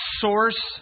source